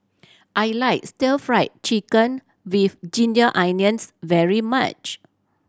I like Stir Fried Chicken With Ginger Onions very much